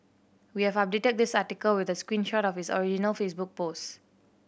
we have updated this article with a screen shot of his original Facebook post